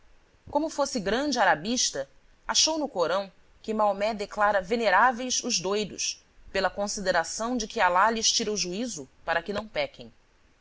como fosse grande arabista achou no corão que maomé declara veneráveis os doidos pela consideração de que alá lhes tira o juízo para que não pequem